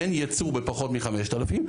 אין ייצור בפחות מ-5,000.